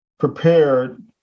prepared